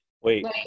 Wait